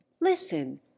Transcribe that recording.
listen